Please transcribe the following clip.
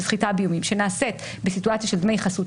סחיטה שנעשית בסיטואציה של דמי חסות.